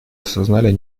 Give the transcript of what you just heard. осознали